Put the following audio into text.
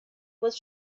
was